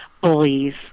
bullies